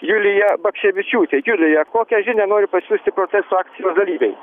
julija bakševičiūtė julija kokią žinią nori pasiųsti proceso akcijos dalyviai